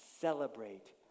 celebrate